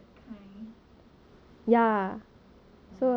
is it is it like blog shop that kind